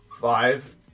Five